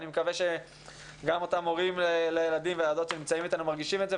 אני מקווה שגם אותם מורים לילדים וילדות שנמצאים אתנו מרגישים את זה,